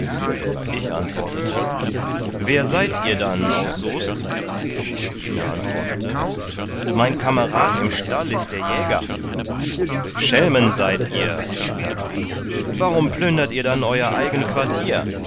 ich antwortete wer seid ihr dann aus soest jener antwortete mein kamerad im stall ist der jäger schelmen seid ihr sagte ich warum plündert ihr dann euer